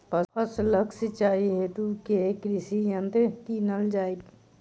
फसलक सिंचाई हेतु केँ कृषि यंत्र कीनल जाए?